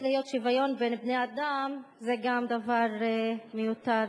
להיות שוויון בין בני-אדם זה גם דבר מיותר,